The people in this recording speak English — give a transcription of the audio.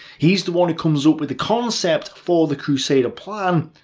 he's the one who comes up with the concept for the crusader plan,